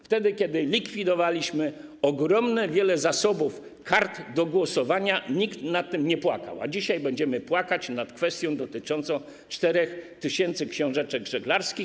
Wtedy, kiedy likwidowaliśmy ogromne zasoby kart do głosowania, nikt nad tym nie płakał, a dzisiaj będziemy płakać nad kwestią dotyczącą 4 tys. książeczek żeglarskich.